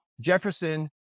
Jefferson